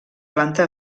planta